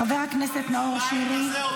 חבר כנסת נאור שירי,